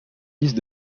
liste